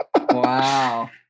wow